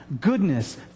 goodness